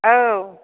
औ